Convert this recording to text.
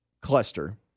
cluster